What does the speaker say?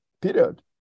Period